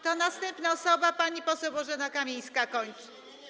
To następna osoba, pani poseł Bożena Kamińska kończy.